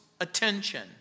attention